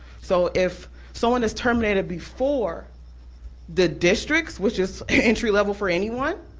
so if someone is terminated before the districts, which is entry level for anyone,